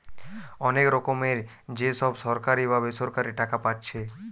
অনেক রকমের যে সব সরকারি বা বেসরকারি টাকা পাচ্ছে